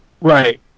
Right